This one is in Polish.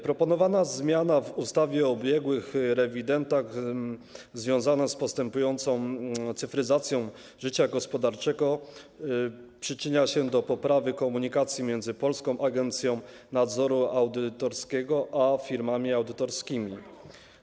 Proponowane zmiana w ustawie o biegłych rewidentach związana z postępującą cyfryzacją życia gospodarczego przyczynia się do poprawy komunikacji między Polską Agencją Nadzoru Audytorskiego a firmami audytorskimi.